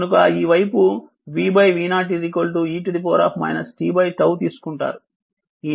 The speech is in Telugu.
కనుక ఈ వైపు v v 0 e t T తీసుకుంటారు